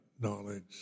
knowledge